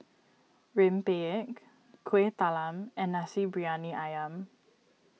Rempeyek Kueh Talam and Nasi Briyani Ayam